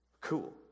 Cool